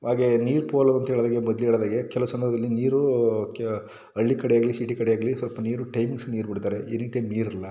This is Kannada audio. ಹಾಗೆ ನೀರು ಪೋಲು ಅಂತ ಹೇಳಿದಾಗೆ ಮೊದಲು ಹೇಳಿದಾಗೆ ಕೆಲವು ಸಂದರ್ಭದಲ್ಲಿ ನೀರು ಕೆ ಹಳ್ಳಿ ಕಡೆ ಆಗಲಿ ಸಿಟಿ ಕಡೆ ಆಗಲಿ ಸ್ವಲ್ಪ ನೀರು ಟೈಮ್ಸ್ ನೀರು ಬಿಡ್ತಾರೆ ಈ ರೀತಿ ನೀರಿಲ್ಲ